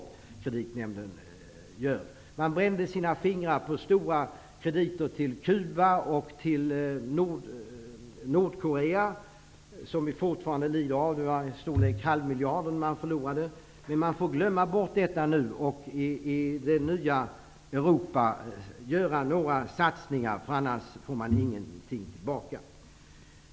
Man brände sina fingrar på stora krediter till Cuba och till Nordkorea som vi fortfarande lider av. Man förlorade i storleksordningen en halv miljard. Man får dock glömma bort detta nu och göra några satsningar i det nya Europa. I annat fall får man inte någonting tillbaka.